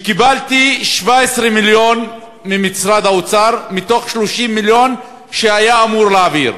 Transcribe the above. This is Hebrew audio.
קיבלתי 17 מיליון ממשרד האוצר מתוך 30 מיליון שהיה אמור להעביר.